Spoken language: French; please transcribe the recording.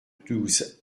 douze